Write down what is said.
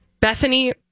Bethany